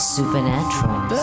Supernatural